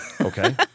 Okay